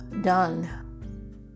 done